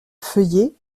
feuillée